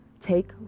Take